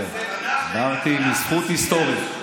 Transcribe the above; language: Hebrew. לא, אמרתי זכות היסטורית.